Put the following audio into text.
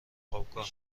خوابگاه